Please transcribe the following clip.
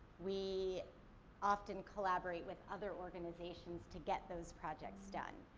we often collaborate with other organizations to get those projects done.